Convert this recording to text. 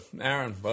Aaron